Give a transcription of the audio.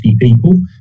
people